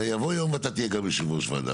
הרי יבוא יום ואתה תהיה גם יושב-ראש ועדה.